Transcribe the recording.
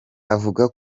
avuga